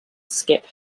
skip